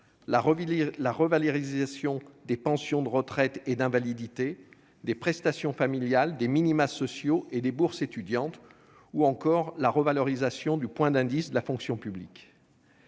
la revalorisation des pensions de retraite et d'invalidité, des prestations familiales, des minima sociaux et des bourses étudiantes, ainsi que la revalorisation du point d'indice de la fonction publique.